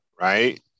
Right